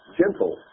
gentle